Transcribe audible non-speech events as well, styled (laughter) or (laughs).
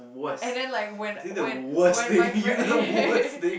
and then like when when when my friend (laughs)